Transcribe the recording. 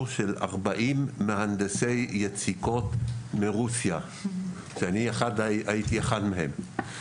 של 40 מהנדסי יציקות מרוסיה והוא היה אחד מהם.